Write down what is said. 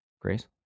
Grace